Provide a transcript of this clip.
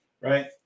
Right